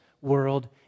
world